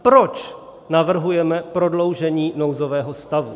Proč navrhujeme prodloužení nouzového stavu?